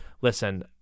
listen